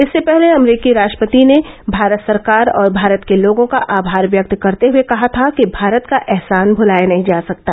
इससे पहले अमरीकी राष्ट्रपति ने भारत सरकार और भारत के लोगों का आभार व्यक्त करते हुए कहा था कि भारत का एहसान भुलाया नही जा सकता